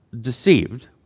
deceived